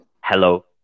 hello